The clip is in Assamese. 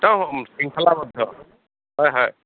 একদম শৃখলাবদ্ধ হয় হয়